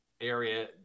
area